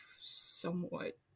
somewhat